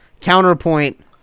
Counterpoint